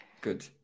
Good